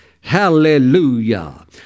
Hallelujah